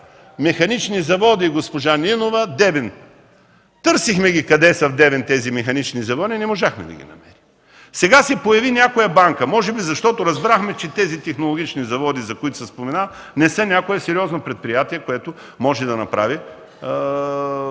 Механични заводи, госпожа Нинова, Девин! Търсихме ги къде са в Девин тези Механични заводи. Не можахме да ги намерим. Сега се появи някоя банка, може би защото разбрахме, че тези Технологични заводи, за които се споменава, не са някое сериозно предприятие, което може да направи